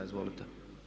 Izvolite.